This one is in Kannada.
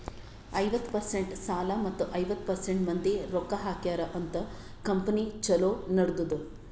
ಐವತ್ತ ಪರ್ಸೆಂಟ್ ಸಾಲ ಮತ್ತ ಐವತ್ತ ಪರ್ಸೆಂಟ್ ಮಂದಿ ರೊಕ್ಕಾ ಹಾಕ್ಯಾರ ಅಂತ್ ಕಂಪನಿ ಛಲೋ ನಡದ್ದುದ್